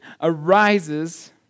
arises